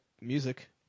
music